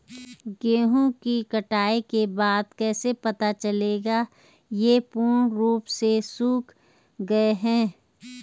गेहूँ की कटाई के बाद कैसे पता चलेगा ये पूर्ण रूप से सूख गए हैं?